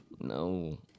No